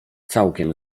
całkiem